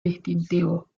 distintivo